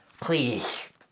Please